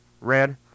Red